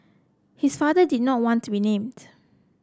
his father did not want to be named